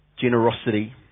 Generosity